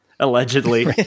Allegedly